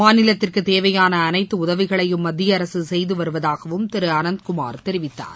மாநிலத்துக்கு தேவையாள அனைத்து உதவிகளையும் மத்திய அரசு செய்து வருவதாகவும் திரு அனந்த்குமார் தெரிவித்தார்